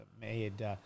made –